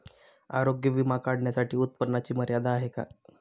आरोग्य विमा काढण्यासाठी उत्पन्नाची मर्यादा आहे का?